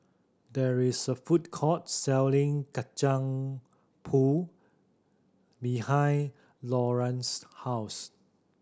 there is a food court selling Kacang Pool behind Laurance's house